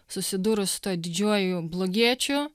susidūrus su tuo didžiuoju blogiečiu